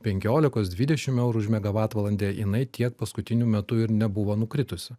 penkiolikos dvidešim eurų už megavatvalandę jinai tiek paskutiniu metu ir nebuvo nukritusi